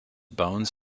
bones